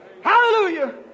Hallelujah